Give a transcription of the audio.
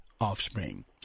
offspring